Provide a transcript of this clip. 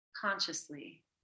consciously